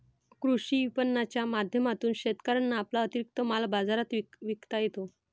कृषी विपणनाच्या माध्यमातून शेतकऱ्यांना आपला अतिरिक्त माल बाजारात विकता येतो